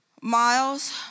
Miles